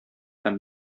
һәм